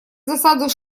засаду